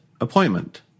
appointment